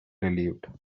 relieved